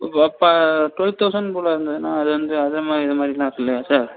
வ அப்போ twelve thousand போல இருந்ததுனா அது வந்து அதை மாதிரி இதை மாதிரிலாம் இல்லையா சார்